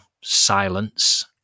silence